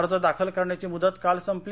अर्ज दाखल करण्याची मुदत काल संपली